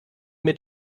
mit